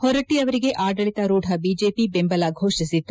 ಹೊರಟ್ಟಿ ಅವರಿಗೆ ಆಡಳಿತಾರೂಧ ಬಿಜೆಪಿ ಬೆಂಬಲ ಘೋಷಿಸಿತ್ತು